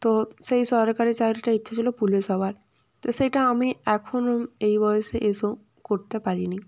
তো সেই সরকারি চাকরিটা ইচ্ছা ছিল পুলিশ হওয়ার তো সেইটা আমি এখনও এই বয়সে এসেও করতে পারিনি